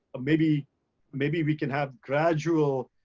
maybe maybe we can have gradual,